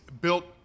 built